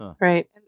Right